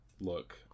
Look